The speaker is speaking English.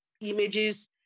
images